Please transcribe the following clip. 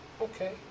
Okay